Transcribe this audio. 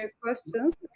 questions